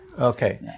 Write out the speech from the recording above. Okay